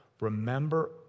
remember